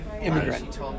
immigrant